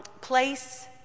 place